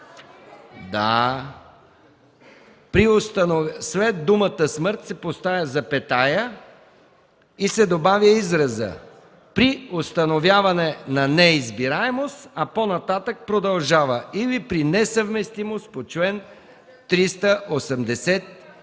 След думата „смърт”, се поставя запетая и се добавя изразът „при установяване на неизбираемост”, а по-нататък продължава – „или при несъвместимост по чл. 389”.